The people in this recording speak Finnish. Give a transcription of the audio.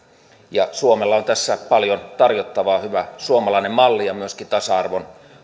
uhattuna suomella on tässä paljon tarjottavaa hyvä suomalainen malli myöskin tasa arvon